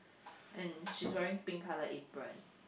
and she's wearing pink color apron